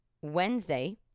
Wednesday